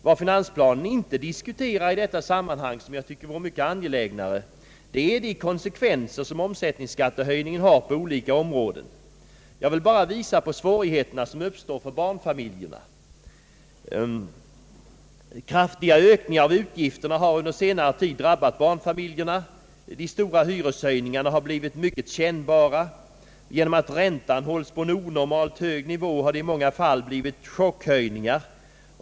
Vad finansplanen inte diskuterar i detta sammanhang är de konsekvenser en omsättningsskattehöjning har på olika områden. Jag vill bara visa på de svårigheter som uppstår för barnfamiljerna. Kraftiga ökningar av utgifterna har under senare tid drabbat barnfamiljerna. De stora hyreshöjningarna har blivit mycket kännbara. Genom att räntan hålls på en onormalt hög nivå har det i många fall blivit chockhöjningar.